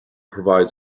provide